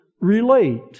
relate